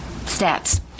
stats